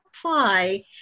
apply